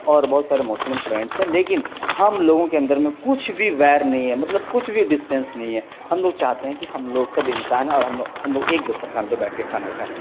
اور بہت سارے مسلم فرینڈس ہیں لیکن ہم لوگوں کے اندر میں کچھ بھی ویر نہیں ہے مطلب کچھ بھی ڈسٹینس نہیں ہے ہم لوگ چاہتے ہیں کہ ہم لوگ سب انسان ہیں اور ہم لوگ ہم لوگ ایک دسترخوان پہ بیٹھ کے کھانا کھائیں